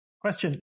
Question